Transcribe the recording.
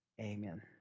Amen